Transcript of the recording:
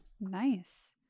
Nice